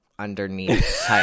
underneath